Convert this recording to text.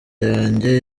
yanjye